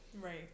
Right